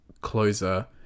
closer